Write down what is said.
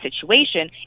situation